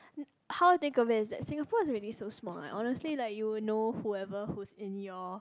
how I think of it is that Singapore is already so small like honestly like you will know whoever who's in your